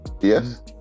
Yes